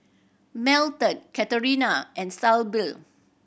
Melton Katharina and Syble